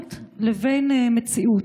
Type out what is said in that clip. פרשנות לבין מציאות.